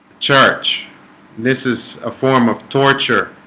church this is a form of torture.